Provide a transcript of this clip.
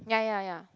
ya ya ya